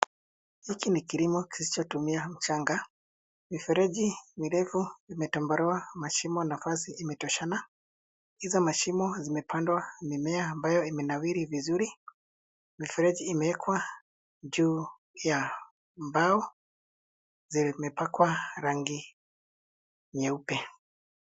Hiki ni kilimo kisichotumia mchanga. Mfereji mrefu imetobolewa mashimo nafasi imetoshana. Hizo mashimo zimepandwa mimea ambayo imenawiri vizuri. Mifereji imewekwa juu ya mbao. Zimepakwa rangi nyeupe.